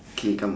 K come